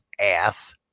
ass